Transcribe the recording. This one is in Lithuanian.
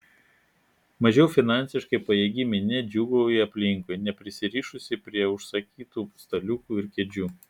mažiau finansiškai pajėgi minia džiūgauja aplinkui neprisirišusi prie užsakytų staliukų ir kėdžių